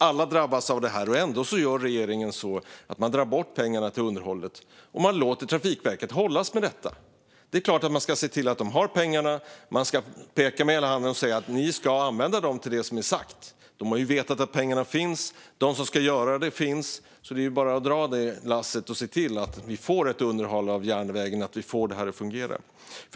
Alla drabbas av detta, och ändå drar regeringen bort pengarna till underhållet och låter Trafikverket hållas med detta. Det är klart att man ska se till att de har pengarna, och så ska man peka med hela handen och säga: Ni ska använda dem till det som är sagt. De har vetat att pengarna finns. De som ska göra arbetet finns. Det är bara att dra det lasset och se till att vi får ett underhåll av järnvägen och får detta att fungera.